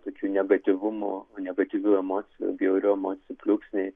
tokių negatyvumo negatyvių emocijų bjaurių emocijų pliūpsniai